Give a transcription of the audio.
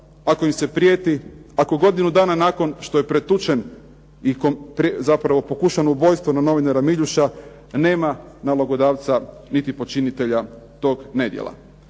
ako im se prijeti, ako godinu dana nakon što je pretučen i zapravo pokušano ubojstvo na novinara Miljuša nema nalogodavca niti počinitelja tog nedjela.